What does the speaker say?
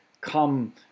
come